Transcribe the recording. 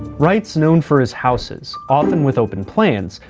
wright's known for his houses, often with open plans,